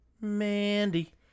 Mandy